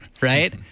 Right